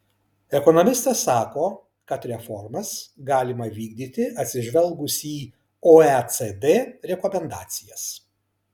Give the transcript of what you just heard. ekonomistas sako kad reformas galima vykdyti atsižvelgus į oecd rekomendacijas